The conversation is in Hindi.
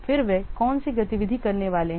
फिर वे कौन सी गतिविधि करने वाले हैं